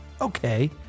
okay